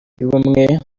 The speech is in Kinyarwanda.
y’ubumwe